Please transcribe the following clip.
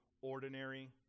ordinary